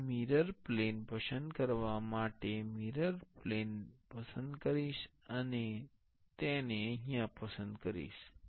હું mirror plane પસંદ કરવા માટે મિરર પ્લેન પસંદ કરીશ અને હું તેને પસંદ કરીશ